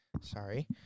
Sorry